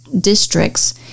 districts